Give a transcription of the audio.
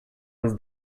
was